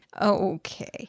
Okay